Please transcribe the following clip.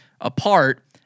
apart